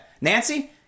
Nancy